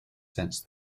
since